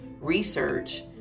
research